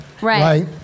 Right